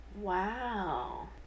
Wow